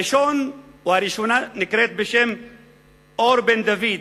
הראשונה נקראת אור בן-דוד,